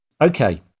okay